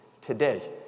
today